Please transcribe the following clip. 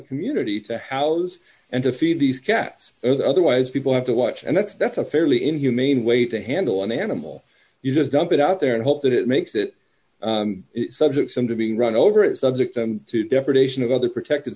community to howes and to feed these cats those otherwise people have to watch and that's that's a fairly inhumane way to handle an animal you just dump it out there and hope that it makes it subject some to being run over and subject them to deprivation of other protected